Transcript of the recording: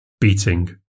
beating